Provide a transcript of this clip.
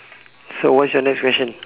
so what's your next question